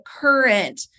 current